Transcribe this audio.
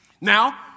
Now